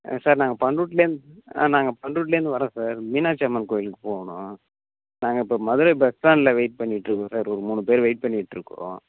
ஆ sir நாங்கள் பண்ரூட்டிலேருந்து ஆ நாங்கள் பண்ரூட்டிலேருந்து வர்றோம் சார் மீனாட்சி அம்மன் கோவிலுக்கு போகணும் நாங்கள் இப்போ மதுரை பஸ் ஸ்டாண்டில் வெயிட் பண்ணிட்டு இருக்கோம் சார் ஒரு மூணு பேர் வெயிட் பண்ணிட்டுருக்கிறோம்